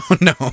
No